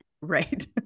Right